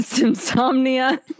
Insomnia